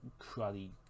cruddy